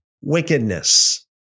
wickedness